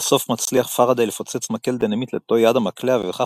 לבסוף מצליח פאראדיי לפוצץ מקל דינמיט ליד המקלע ובכך